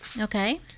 Okay